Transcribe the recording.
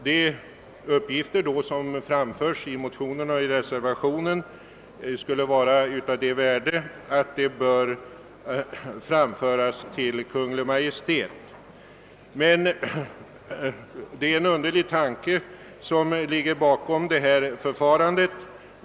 De uppgifter som framförs i. motionerna och i reservationen skulle vara av sådant värde att de bör framföras till Kungl. Maj:t Den tanke som ligger bakom detta krav är emellertid ganska underlig.